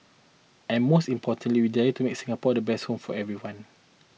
and most importantly we desire to make Singapore to best home for everyone